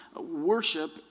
worship